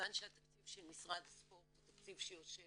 מכיוון שהתקציב של משרד הספורט הוא תקציב שיושב